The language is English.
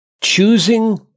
Choosing